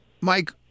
Mike